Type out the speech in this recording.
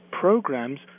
programs